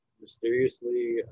mysteriously